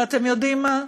ואתם יודעים מה?